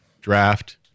draft